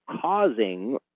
causing